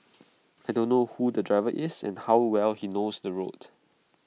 I don't know who the driver is and how well he knows the roads